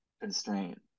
constraint